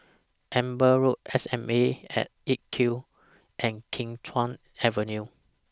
Amber Road SAM At eight Q and Kim Chuan Avenue